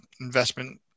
investment